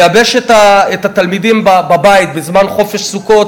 לייבש את התלמידים בבית, בזמן חופש סוכות